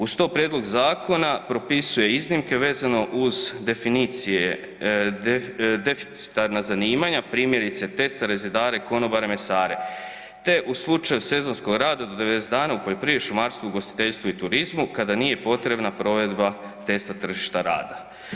Uz to, prijedlog zakona propisuje iznimke vezano uz deficitarna zanimanja, primjerice tesare, zidare, konobare, mesare te u slučaju sezonskog rada od 90 dana u poljoprivredi, šumarstvu, ugostiteljstvu i turizmu kada nije potrebna provedba testa tržišta rada.